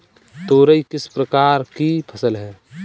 तोरई किस प्रकार की फसल है?